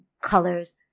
colors